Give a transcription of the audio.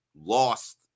lost